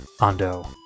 Ando